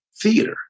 theater